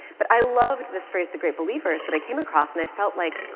but i loved this phrase, the great believers that i came across and i felt like,